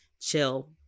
chill